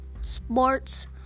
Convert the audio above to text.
sports